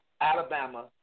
Alabama